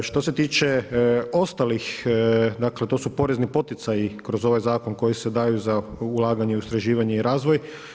Što se tiče ostalih dakle to su porezni poticaji kroz ovaj zakon koji se daju za ulaganje u istraživanje i razvoj.